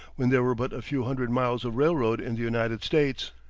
when there were but a few hundred miles of railroad in the united states.